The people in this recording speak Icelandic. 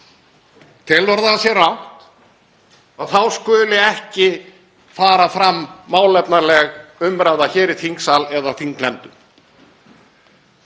telur að það sé rangt, þá skuli ekki fara fram málefnaleg umræða hér í þingsal eða þingnefndum.